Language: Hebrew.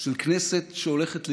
של כנסת שהולכת לאיבוד.